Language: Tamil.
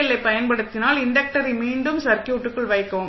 எல் ஐப் பயன்படுத்தினால் இன்டக்டரை மீண்டும் சர்க்யூட்டுக்குள் வைக்கவும்